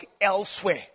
elsewhere